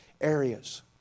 areas